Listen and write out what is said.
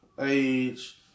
age